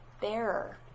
bearer